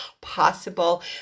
possible